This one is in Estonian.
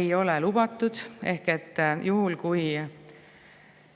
ei ole lubatud. Ma nüüd vastan